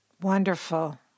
Wonderful